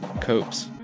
Copes